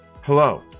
Hello